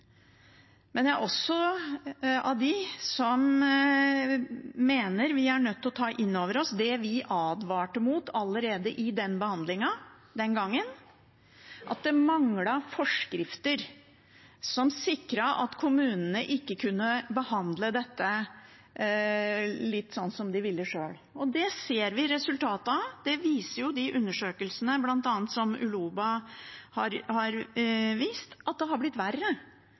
Men jeg er også av dem som mener vi er nødt til å ta inn over oss det vi advarte mot allerede under behandlingen den gangen: at det manglet forskrifter som sikret at kommunene ikke kunne behandle dette litt sånn som de ville sjøl. Det ser vi resultatet av, det viser jo de undersøkelsene som bl.a. ULOBA har gjort – det har blitt verre.